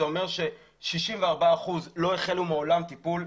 זה אומר ש-64% לא החלו מעולם טיפול,